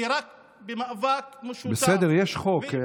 כי רק במאבק משותף, בסדר, יש חוק.